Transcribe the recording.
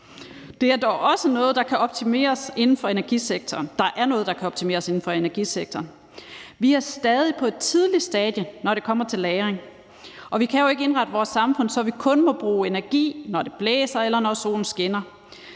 Der er dog også noget, der kan optimeres inden for energisektoren. Vi er stadig på et tidligt stadie, når det kommer til lagring, og vi kan jo ikke indrette vores samfund, så vi kun må bruge energi, når det blæser, eller når solen skinner.